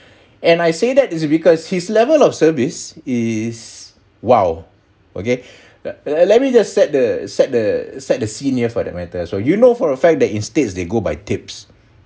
and I say that is because he's level of service is !wow! okay let me just set the set the set the senior for that matter so you know for a fact that instead they go by tips